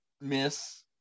miss